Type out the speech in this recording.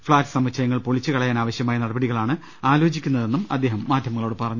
flat സമുച്ചയങ്ങൾ പൊളിച്ചുകളയാനാവശ്യമായ നട പടികളാണ് ആലോചിക്കുന്നതെന്നും അദ്ദേഹം മാധ്യമങ്ങളോട് പറഞ്ഞു